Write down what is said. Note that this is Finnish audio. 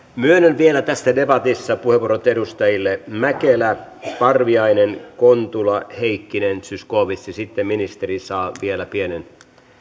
myönnän vielä tässä debatissa puheenvuorot edustajille mäkelä parviainen kontula heikkinen zyskowicz ja sitten ministeri saa vielä pienen